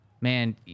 man